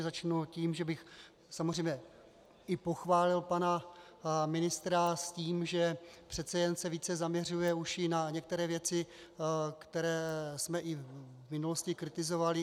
Začnu tím, že bych samozřejmě i pochválil pana ministra s tím, že přece jen se více zaměřuje už i na některé věci, které jsme i v minulosti kritizovali.